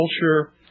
culture